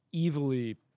evilly